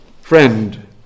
Friend